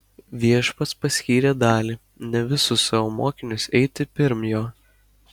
viešpats paskyrė dalį ne visus savo mokinius eiti pirm jo